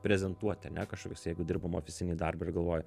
prezentuoti ane kažkokius jeigu dirbam ofisinį darbą ir galvoju